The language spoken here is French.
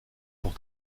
pour